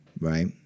right